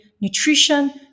nutrition